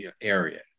area